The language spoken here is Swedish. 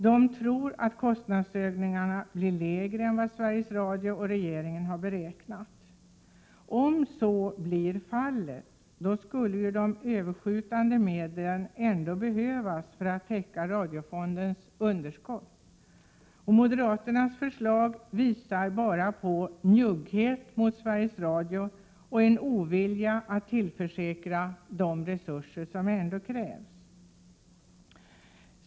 De tror att kostnadsökningarna blir lägre än vad Sveriges Radio och regeringen har beräknat. Om så blir fallet skulle de överskjutande medlen ändå behövas för att täcka radiofondens underskott. Moderaternas förslag visar bara på njugghet mot Sveriges Radio och på en ovilja att tillförsäkra företaget resurser som ändå krävs.